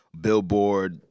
Billboard